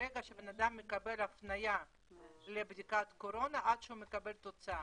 מרגע שבן אדם מקבל הפניה לבדיקת קורונה עד שהוא מקבל תוצאה,